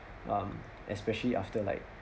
um especially after like